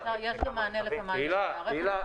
הילה --- יש גם מענה לכמה ילדים --- הילה,